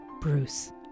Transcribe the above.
Bruce